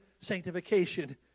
sanctification